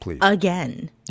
again